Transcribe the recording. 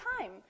time